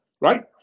right